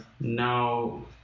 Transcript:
no